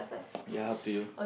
ya up to you